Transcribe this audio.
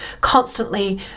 constantly